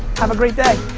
have a great day.